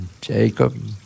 Jacob